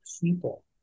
people